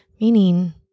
meaning